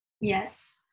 yes